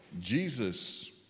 Jesus